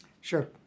Sure